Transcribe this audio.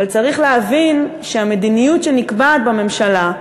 אבל צריך להבין שהמדיניות שנקבעת בממשלה,